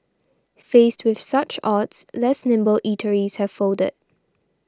faced with such odds less nimble eateries have folded